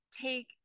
take